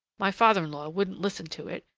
my father-in-law wouldn't listen to it,